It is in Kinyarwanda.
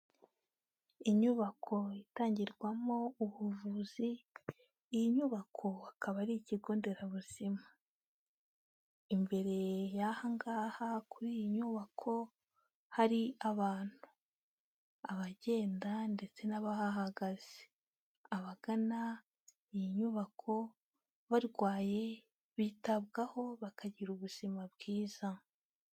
Inyubako itangirwamo ubuvuzi, iyi nyubakokaba ari ikigo nderabuzima, imbere yaha kuri iyi nyubako hari abantu, abagenda ndetse n'abahagaze abagana iyi nyubako barwaye bitabwaho bakagira ubuzima bwiza